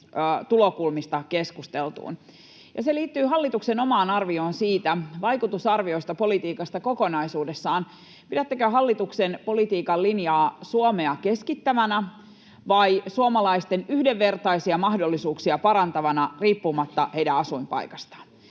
tulokulmistaan keskusteltuun, ja se liittyy hallituksen omaan arvioon vaikutusarviosta politiikasta kokonaisuudessaan. Pidättekö hallituksen politiikan linjaa Suomea keskittävänä vai suomalaisten yhdenvertaisia mahdollisuuksia parantavana riippumatta heidän asuinpaikastaan?